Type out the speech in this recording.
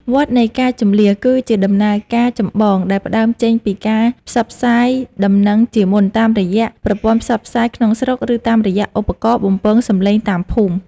វដ្តនៃការជម្លៀស គឺជាដំណើរការចម្បងដែលផ្តើមចេញពីការផ្សព្វផ្សាយដំណឹងជាមុនតាមរយៈប្រព័ន្ធផ្សព្វផ្សាយក្នុងស្រុក ឬតាមរយៈឧបករណ៍បំពងសំឡេងតាមភូមិ។